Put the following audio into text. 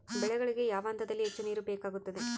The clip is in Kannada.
ಬೆಳೆಗಳಿಗೆ ಯಾವ ಹಂತದಲ್ಲಿ ಹೆಚ್ಚು ನೇರು ಬೇಕಾಗುತ್ತದೆ?